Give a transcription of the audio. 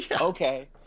okay